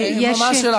מה השאלה,